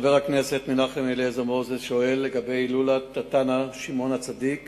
חבר הכנסת מנחם אליעזר מוזס שואל לגבי הילולת התנא שמעון הצדיק